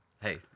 Hey